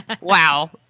Wow